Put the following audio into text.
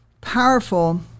powerful